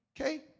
Okay